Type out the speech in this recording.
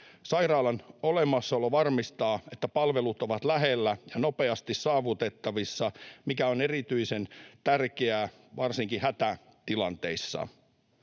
Sairaalan olemassaolo varmistaa, että palvelut ovat lähellä ja nopeasti saavutettavissa, mikä on erityisen tärkeää varsinkin hätätilanteissa.